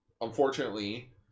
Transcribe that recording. Unfortunately